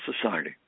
Society